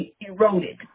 eroded